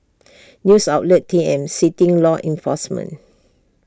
news outlet T M citing law enforcement